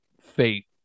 fate